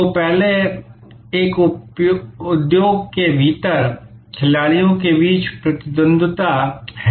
तो पहले एक उद्योग के भीतर खिलाड़ियों के बीच प्रतिद्वंद्विता है